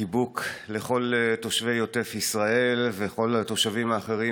חיבוק לכל תושבי עוטף ישראל וכל התושבים האחרים